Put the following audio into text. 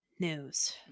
news